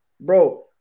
Bro